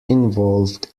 involved